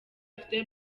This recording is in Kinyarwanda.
ufite